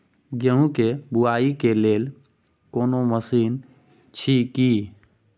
गेहूँ के बुआई के लेल कोनो मसीन अछि की?